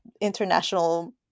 international